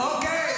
אוקיי,